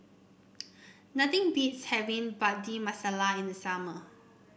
nothing beats having Bhindi Masala in the summer